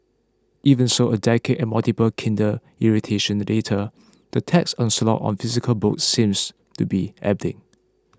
even so a decade and multiple Kindle iterations later the tech onslaught on physical books seems to be ebbing